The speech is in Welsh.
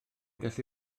gallu